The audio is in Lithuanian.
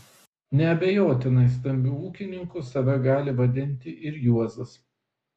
neabejotinai stambiu ūkininku save gali vadinti ir juozas